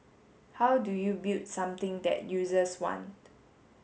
how do you build something that users want